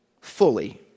fully